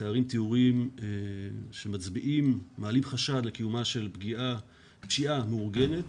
מתארים תיאורים שמעלים חשד לקיומה של פשיעה מאורגנת.